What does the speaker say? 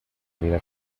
vida